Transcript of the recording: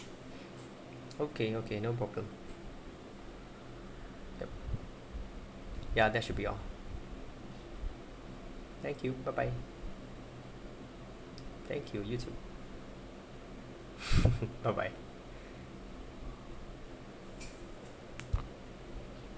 okay okay no problem ya that should be all thank you bye bye thank you you too bye bye